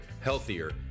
healthier